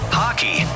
hockey